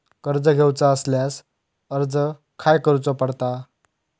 कर्ज घेऊचा असल्यास अर्ज खाय करूचो पडता?